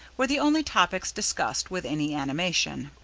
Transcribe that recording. were the only topics discussed with any animation.